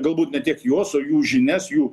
galbūt ne tiek juos o jų žinias jų